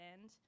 end